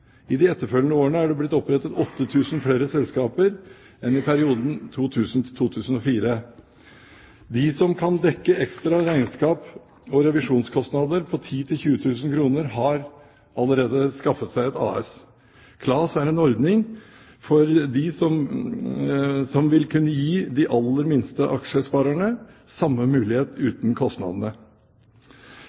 I de etterfølgende årene er det blitt opprettet 8 000 flere selskaper enn i perioden 2000–2004. De som kan dekke ekstra regnskaps- og revisjonskostnader på 10 000–20 000 kr, har allerede skaffet seg et AS. KLAS er en ordning som vil kunne gi de aller minste aksjesparerne samme mulighet uten kostnadene.